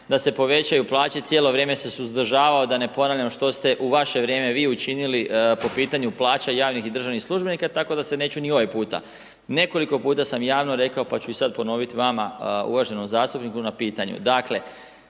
da se povećaju plaće, cijelo vrijeme se suzdržavao da ne ponavljam što ste u vaše vrijeme, vi, učinili po pitanju plaća javnih i državnih službenika, tako da se neću ni ovaj puta. Nekoliko puta sam javno rekao pa ću i sada ponoviti vama, uvaženom zastupniku na pitanju.